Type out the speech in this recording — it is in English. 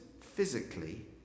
physically